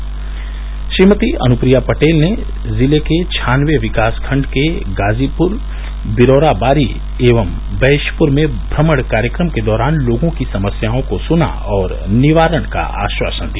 इससे पहले श्रीमती अनुप्रिया पटेल ने जिले के छानबे विकास खण्ड के गाजीपुर विरौरा बारी एवं वैशपुर में भ्रमण कार्यक्रम के दौरान लोगों की समस्याओं को सुना और निवाराण का आश्वासन दिया